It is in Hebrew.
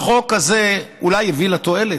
החוק הזה אולי הביא לה תועלת,